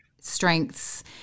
strengths